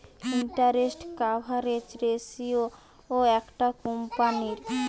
interest coverage ratio একটা কোম্পানীর